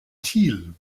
thiel